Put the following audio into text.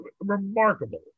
remarkable